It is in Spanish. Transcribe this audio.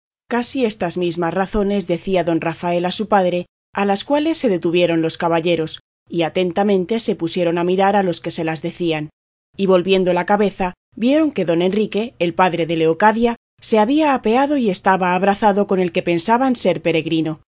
casi estas mismas razones decía don rafael a su padre a las cuales se detuvieron los caballeros y atentamente se pusieron a mirar a los que se las decían y volviendo la cabeza vieron que don enrique el padre de leocadia se había apeado y estaba abrazado con el que pensaban ser peregrino